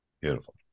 Beautiful